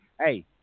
Hey